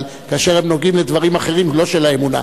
אבל כאשר הם נוגעים לדברים אחרים ולא של האמונה.